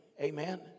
Amen